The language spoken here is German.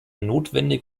notwendig